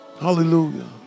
Hallelujah